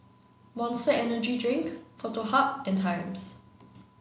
Monster Energy Drink Foto Hub and Times